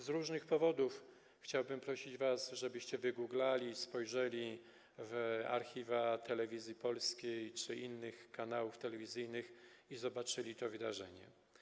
Z różnych powodów chciałbym prosić was, żebyście wygooglowali, spojrzeli w archiwa Telewizji Polskiej czy innych kanałów telewizyjnych i zobaczyli to wydarzenie.